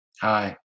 Hi